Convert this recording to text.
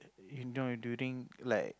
you know during like